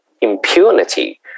impunity